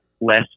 less